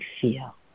feel